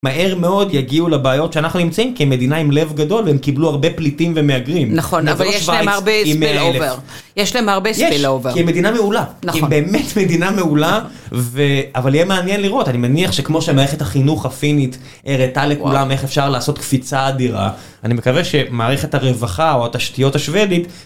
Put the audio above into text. מהר מאוד יגיעו לבעיות שאנחנו נמצאים כמדינה עם לב גדול הם קיבלו הרבה פליטים ומהגרים נכון אבל יש להם הרבה ספייל אובר יש להם הרבה ספייל אובר יש כי היא מדינה מעולה כי היא באמת מדינה מעולה אבל יהיה מעניין לראות אני מניח שכמו שמערכת החינוך הפינית הראתה לכולם איך אפשר לעשות קפיצה אדירה אני מקווה שמערכת הרווחה או התשתיות השוודית